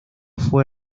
fue